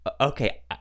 okay